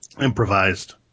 improvised